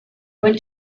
went